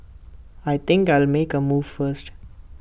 I think I'll make A move first